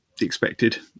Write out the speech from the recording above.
expected